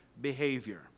behavior